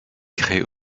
crée